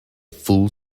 full